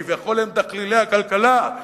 כביכול הם דחלילי הכלכלה,